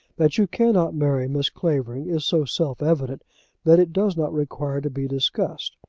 that you cannot marry miss clavering is so self-evident that it does not require to be discussed.